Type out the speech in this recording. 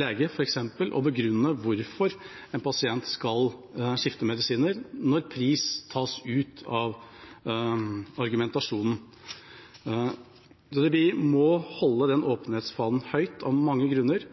lege å begrunne f.eks. hvorfor en pasient skal skifte medisiner, når pris tas ut av argumentasjonen. Vi må holde åpenhetsfanen høyt av mange grunner,